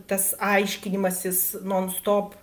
tas aiškinimasis non stop